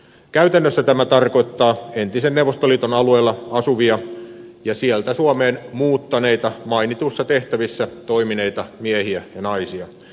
käytännössä tämä tarkoittaa entisen neuvostoliiton alueella asuvia ja sieltä suomeen muuttaneita mainituissa tehtävissä toimineita miehiä ja naisia